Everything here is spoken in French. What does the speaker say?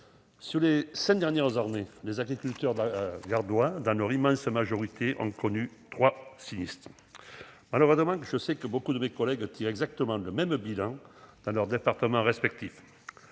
cours des cinq dernières années, les agriculteurs gardois, dans leur immense majorité, ont connu au moins trois sinistres. Malheureusement, je sais que beaucoup de mes collègues tirent exactement le même bilan dans leurs départements respectifs.